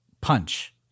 punch